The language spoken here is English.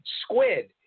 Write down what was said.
squid